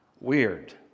Weird